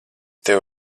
tevi